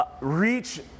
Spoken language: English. reach